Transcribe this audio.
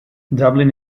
dublin